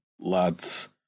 Lads